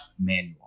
manual